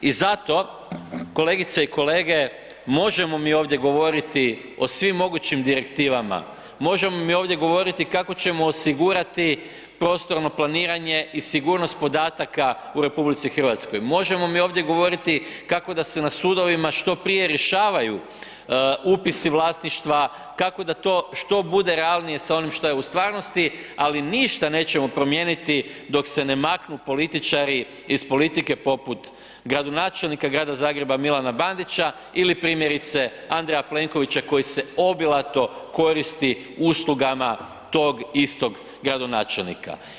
I zato, kolegice i kolege možemo mi ovdje govoriti o svim mogućim direktivama, možemo mi ovdje govoriti kako ćemo osigurati prostorno planiranje i sigurnost podataka u RH, možemo mi ovdje govoriti kako da se na sudovima što prije rješavaju upisi vlasništva, kako da to što bude realnije sa onim šta je u stvarnosti, ali ništa nećemo promijeniti dok se ne maknu političari iz politike poput gradonačelnika Grada Zagreba Milana Bandića ili primjerice Andreja Plenkovića koji se obilato koristi uslugama tog istog gradonačelnika.